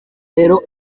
rero